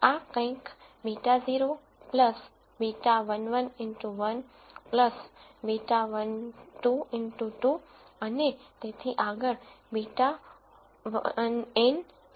આ કંઈક β0 β11 x1 β12 x2 અને તેથી આગળ β1n xn